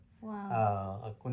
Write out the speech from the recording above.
Wow